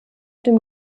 dem